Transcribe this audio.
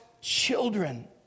children